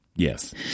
Yes